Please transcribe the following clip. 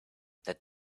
that